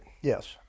Yes